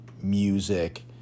music